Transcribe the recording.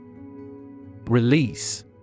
Release